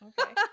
Okay